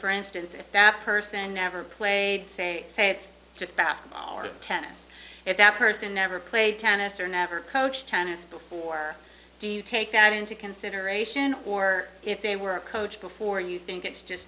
for instance if that person never played say hey it's just basketball or tennis that person never played tennis or never coached tennis before do you take out into consideration or if they were a coach before you think it's just